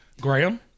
Graham